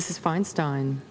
this is feinstein